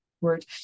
word